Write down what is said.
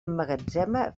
emmagatzema